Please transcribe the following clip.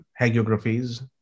hagiographies